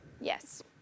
Yes